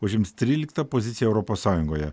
užims tryliktą poziciją europos sąjungoje